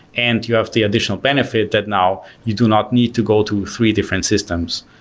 and you have the additional benefit that now you do not need to go to three different systems,